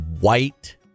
white